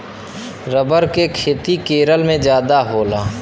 rubber के खेती केरल में जादा होला